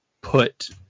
put